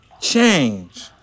Change